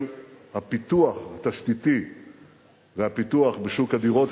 הפיתוח התשתיתי והפיתוח בשוק הדירות,